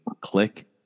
click